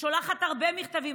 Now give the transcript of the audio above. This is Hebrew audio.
ששולחת הרבה מכתבים,